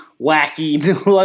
wacky